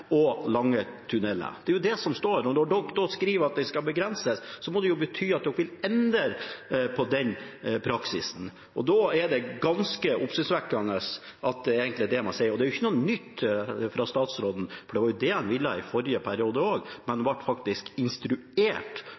i lange tunneler. Det er det som står, og når en skriver at det skal begrenses, må jo det bety at en endrer den praksisen. Det er ganske oppsiktsvekkende at det egentlig er det man sier. Dette er jo ikke noe nytt fra statsråden, for det var dette han ville også i forrige periode, men ble instruert